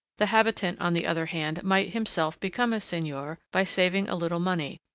the habitant, on the other hand, might himself become a seigneur by saving a little money,